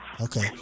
Okay